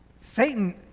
Satan